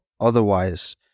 otherwise